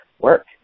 work